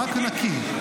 רק נקי.